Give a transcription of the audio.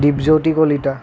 Dwipjyoti Kalita